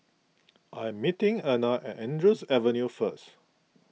I am meeting Erna at Andrews Avenue first